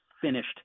finished